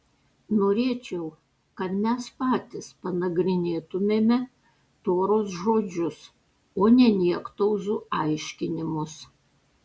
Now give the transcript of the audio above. norėčiau kad mes patys panagrinėtumėme toros žodžius o ne niektauzų aiškinimus